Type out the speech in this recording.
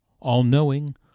all-knowing